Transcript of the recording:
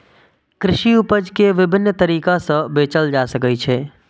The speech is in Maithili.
कृषि उपज कें विभिन्न तरीका सं बेचल जा सकै छै